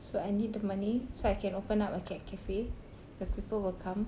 so I need the money so I can open up a cat cafe the people will come